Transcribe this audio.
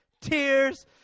tears